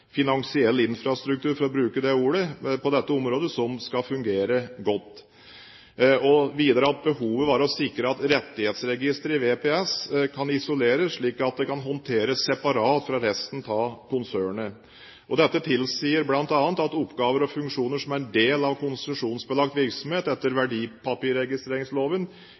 finansiell infrastruktur – for å bruke det ordet – på dette området som skal fungere godt. Videre var behovet å sikre at rettighetsregisteret i VPS kan isoleres, slik at det kan håndteres separat fra resten av konsernet. Dette tilsier bl.a. at oppgaver og funksjoner som er en del av konsesjonsbelagt virksomhet etter verdipapirregistreringsloven,